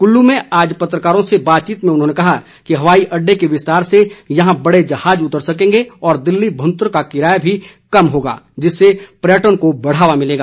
कुल्लू में आज पत्रकारों से बातचीत में उन्होंने कहा कि हवाई अड्डे के विस्तार से यहां बड़े जहाज उतर सकेंगे और दिल्ली भुंतर का किराया भी कम होगा जिससे पर्यटन को बढ़ावा मिलेगा